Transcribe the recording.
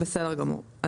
בסדר גמור.